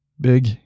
Big